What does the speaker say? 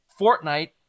Fortnite